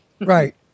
Right